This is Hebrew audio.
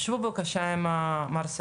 שבו בבקשה עם מר סגל,